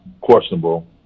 questionable